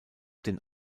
den